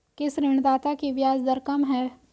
किस ऋणदाता की ब्याज दर कम है?